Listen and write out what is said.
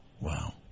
wow